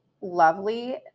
lovely